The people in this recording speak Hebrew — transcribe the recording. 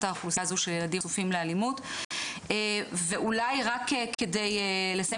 האוכלוסייה הזו של ילדים חשופים לאלימות ואולי רק כדי לסיים,